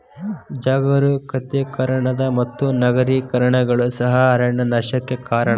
ಜಾಗತೇಕರಣದ ಮತ್ತು ನಗರೇಕರಣಗಳು ಸಹ ಅರಣ್ಯ ನಾಶಕ್ಕೆ ಕಾರಣ